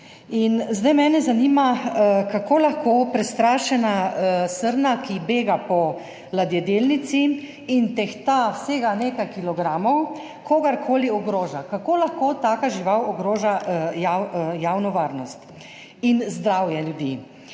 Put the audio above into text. zdaj mene zanima: Kako lahko prestrašena srna, ki bega po ladjedelnici in tehta vsega nekaj kilogramov, kogarkoli ogroža? Kako lahko taka žival ogroža javno varnost in zdravje ljudi?